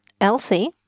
Elsie